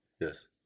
Yes